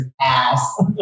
ass